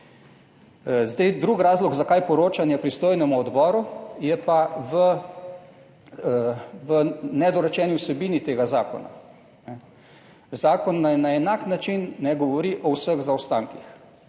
Zdaj drug razlog zakaj poročanje pristojnemu odboru je pa v nedorečeni vsebini tega zakona. Zakon naj na enak način ne govori o vseh zaostankih.